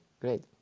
great